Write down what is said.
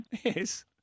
Yes